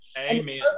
Amen